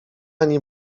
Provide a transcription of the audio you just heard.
ani